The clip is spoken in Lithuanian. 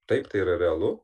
taip tai yra realu